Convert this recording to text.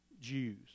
Jews